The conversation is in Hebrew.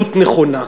עירוניות נכונה.